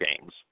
games